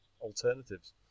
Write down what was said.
alternatives